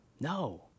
No